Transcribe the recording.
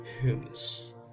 Humans